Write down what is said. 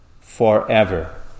forever